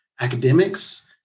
academics